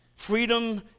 Freedom